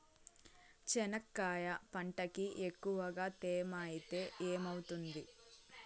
చెనక్కాయ పంటకి ఎక్కువగా తేమ ఐతే ఏమవుతుంది?